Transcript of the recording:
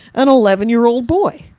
an eleven year-old boy.